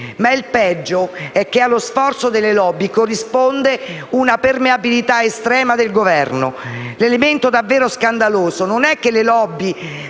Ma il peggio è che allo sforzo delle *lobby* corrisponde una permeabilità estrema del Governo. L'elemento davvero scandaloso